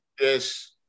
yes